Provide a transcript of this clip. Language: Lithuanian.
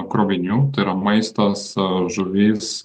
krovinių tai yra maistas žuvis